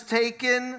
taken